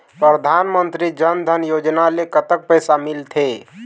परधानमंतरी जन धन योजना ले कतक पैसा मिल थे?